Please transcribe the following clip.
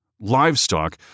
livestock